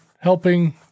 helping